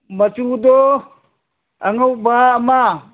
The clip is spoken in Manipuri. ꯃꯆꯨꯗꯣ ꯑꯉꯧꯕ ꯑꯃ